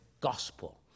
gospel